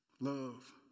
love